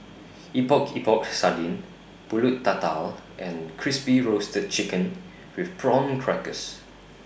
Epok Epok Sardin Pulut Tatal and Crispy Roasted Chicken with Prawn Crackers